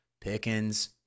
Pickens